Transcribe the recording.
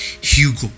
hugo